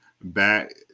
back